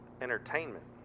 entertainment